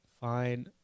fine